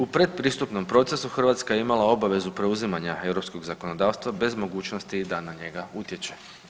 U pretpristupnom procesu Hrvatska je imala obavezu preuzimanja europskog zakonodavstva bez mogućnosti da na njega utječe.